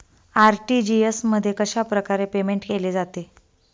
RTGS मध्ये कशाप्रकारे payment केले जाते?